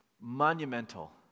monumental